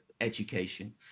education